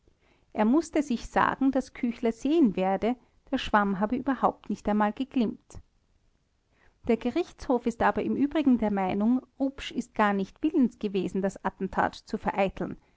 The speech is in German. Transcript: er mußte sich sagen daß küchler sehen werde der schwamm habe überhaupt nicht einmal geglimmt der gerichtshof ist aber im übrigen der meinung rupsch ist gar nicht willens gewesen das attentat zu vereiteln